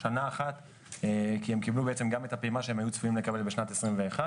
שנה אחת כי הם קיבלו בעצם גם את הפעימה שהם היו צפויים לקבל בשנת 2021,